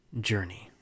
journey